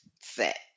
set